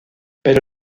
pero